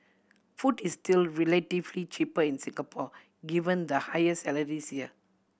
food is still relatively cheaper in Singapore given the higher salaries here